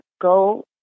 go